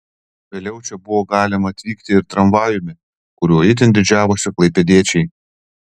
vėliau čia buvo galima atvykti ir tramvajumi kuriuo itin didžiavosi klaipėdiečiai